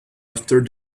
after